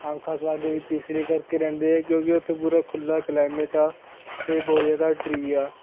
ਆਮ ਖਾਸ ਬਾਗ ਦੇ ਵਿੱਚ ਇਸੇ ਕਰਕੇ ਰਹਿੰਦੇ ਆ ਕਿਉਂਕਿ ਉੱਥੇ ਪੂਰਾ ਖੁੱਲ੍ਹਾ ਕਲੈਮਿਟ ਆ ਅਤੇ ਬਹੁਤ ਜ਼ਿਆਦਾ ਟਰੀ ਆ